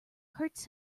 hurts